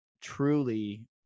truly